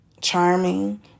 charming